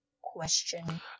Question